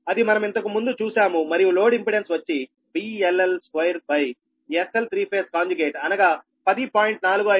ఇది మనం ఇంతకు ముందు చూసాము మరియు లోడ్ ఇంపెడెన్స్ వచ్చి VLL2SL3∅అనగా 10